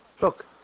Look